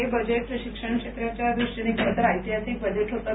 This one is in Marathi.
हे बजेट शिक्षण क्षेत्राच्या दृष्टीन खरतर ऐतिहासिक बजेट होतं